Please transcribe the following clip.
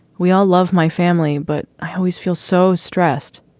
we all love my family, but i always feel so stressed.